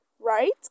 Right